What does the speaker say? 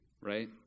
Right